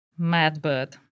Madbird